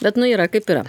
bet nu yra kaip yra